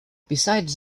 besides